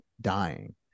dying